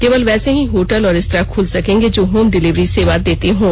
केवल वैसे ही होटल और रेस्त्रां खुल सकेंगे जो होम डिलिवरी सेवा देते हों